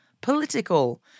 political